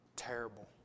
terrible